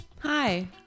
Hi